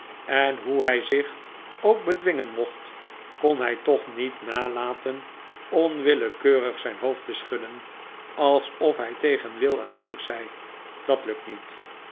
en hoe hij zich ook bedwingen mocht kon hij toch niet nalaten onwillekeurig zijn hoofd te schudden alsof hij tegen wil en dank zei dat lukt niet